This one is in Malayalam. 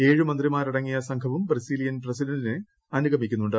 ഏഴുമന്ത്രിമാരടങ്ങിയ സംഘവും ബ്രസീലിയൻ പ്രപസിഡന്റിനെ അനുഗമിക്കുന്നുണ്ട്